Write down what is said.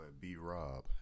B-Rob